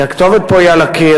כי הכתובת פה היא על הקיר,